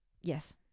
yes